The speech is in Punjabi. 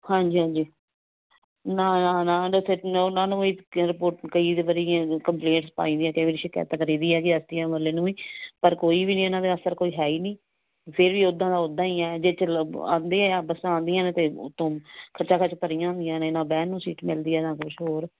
ਹਾਂਜੀ ਹਾਂਜੀ ਨਾ ਨਾ ਨਾ ਉਹਦੇ ਫਿਰ ਉਹਨਾਂ ਨੂੰ ਵੀ ਕਈ ਵਾਰੀ ਕੰਪਲੇਂਟ ਪਾਈ ਦੀ ਕਈ ਵਾਰੀ ਸ਼ਿਕਾਇਤਾਂ ਕਰੀ ਦੀਆਂ ਮੁਹੱਲੇ ਨੂੰ ਵੀ ਪਰ ਕੋਈ ਵੀ ਇਹਨਾਂ ਦੇ ਅਸਰ ਕੋਈ ਹੈ ਹੀ ਨਹੀਂ ਫਿਰ ਵੀ ਉੱਦਾਂ ਦਾ ਉੱਦਾਂ ਹੀ ਹੈ ਜੇ ਚਲੋ ਆਉਂਦੇ ਆ ਬੱਸਾਂ ਆਉਂਦੀਆਂ ਹੈ ਅਤੇ ਉੱਤੋਂ ਖਚਾ ਖਚ ਭਰੀਆਂ ਹੁੰਦੀਆਂ ਨੇ ਨਾ ਬਹਿਣ ਨੂੰ ਸੀਟ ਮਿਲਦੀ ਏ ਨਾ ਕੁਛ ਹੋਰ